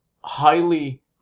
highly